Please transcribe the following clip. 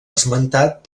esmentat